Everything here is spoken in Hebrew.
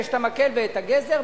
יש המקל והגזר,